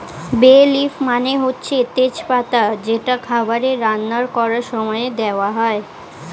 বে লিফ মানে হচ্ছে তেজ পাতা যেটা খাবারে রান্না করার সময়ে দেওয়া হয়